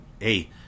Hey